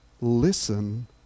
Listen